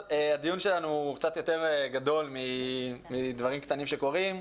הדיון שלנו הוא קצת יותר גדול מדברים קטנים שקורים,